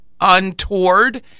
untoward